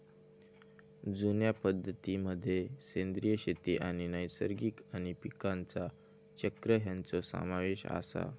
जुन्या पद्धतीं मध्ये सेंद्रिय शेती आणि नैसर्गिक आणि पीकांचा चक्र ह्यांचो समावेश आसा